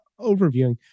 overviewing